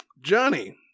Johnny